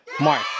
mark